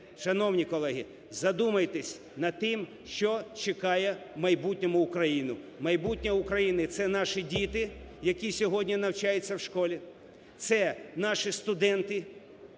Шановні колеги, задумайтесь над тим, що чекає у майбутньому Україну. Майбутнє України – це наші діти, які сьогодні навчаються у школі, це наші студенти,